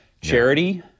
Charity